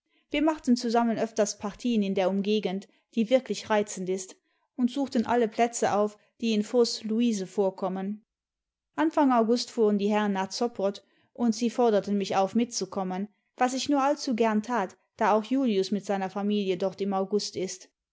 wir machten zusammen öfters partien in der umgegend die wirklich reizend ist und suchten alle plätze auf die in voß luise vorkommen anfang august fuhren die herren nach zoppot und sie forderten mich auf mitzukommen was ich nur allzu gern tat da auch julius mit seiner familie dort im august ist